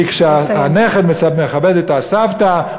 כי כשהנכד מכבד את הסבתא,